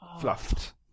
fluffed